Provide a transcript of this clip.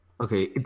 Okay